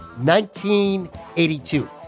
1982